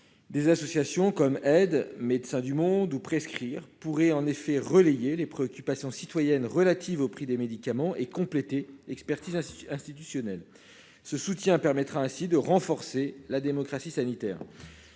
des associations comme Aides, Médecins du Monde ou prescrire pourrait en effet relayer les préoccupations citoyennes relatives aux prix des médicaments est complété expertise institutionnel ce soutien permettra ainsi de renforcer la démocratie sanitaire